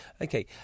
Okay